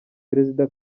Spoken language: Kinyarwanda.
perezida